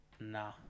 Nah